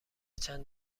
چند